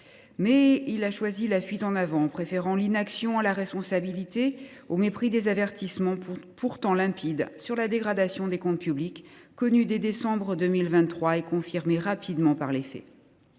Mais il a choisi la fuite en avant, préférant l’inaction à la responsabilité, au mépris des avertissements pourtant limpides sur la dégradation des comptes publics, connue dès décembre 2023 et confirmée rapidement par les faits.